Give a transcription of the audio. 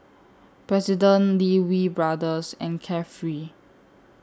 President Lee Wee Brothers and Carefree